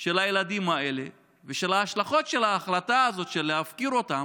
של הילדים האלה ועל ההשלכות של ההחלטה הזאת להפקיר אותם.